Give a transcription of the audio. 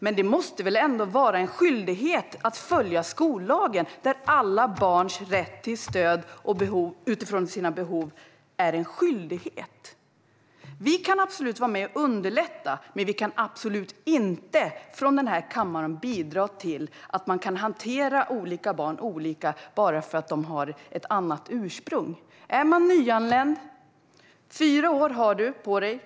Men det måste väl ändå vara en skyldighet att följa skollagen, där alla barns rätt till stöd utifrån sina behov är en skyldighet. Vi kan absolut vara med och underlätta, men vi kan absolut inte från denna kammare bidra till att man kan hantera olika barn olika bara för att de har ett annat ursprung. Är du nyanländ har du fyra år på dig.